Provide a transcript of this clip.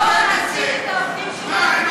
לא מעסיק את העובדים שלו